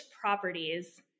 Properties